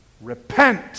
Repent